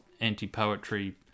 anti-poetry